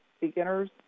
beginners